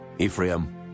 Ephraim